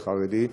החרדי.